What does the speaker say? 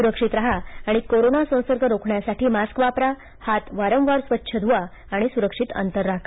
सुरक्षित राहा आणि कोरोना संसर्ग रोखण्यासाठी मास्क वापरा हात वारंवार स्वच्छ धुवा सुरक्षित अंतर ठेवा